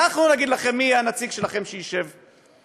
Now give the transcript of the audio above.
אנחנו נגיד לכם מי הנציג שלכם שישב ויכהן.